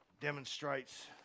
demonstrates